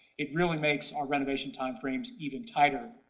it really makes our renovation timeframes even tighter.